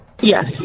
Yes